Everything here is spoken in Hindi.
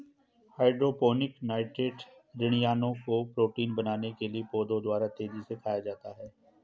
हाइड्रोपोनिक नाइट्रेट ऋणायनों को प्रोटीन बनाने के लिए पौधों द्वारा तेजी से खाया जाता है